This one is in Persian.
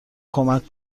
کمک